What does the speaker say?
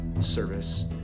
service